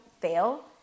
fail